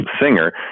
singer